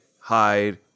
hide